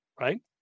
Right